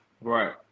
Right